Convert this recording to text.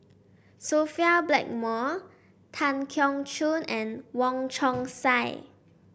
Sophia Blackmore Tan Keong Choon and Wong Chong Sai